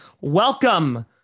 welcome